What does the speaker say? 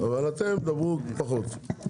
אבל אתם תדברו פחות.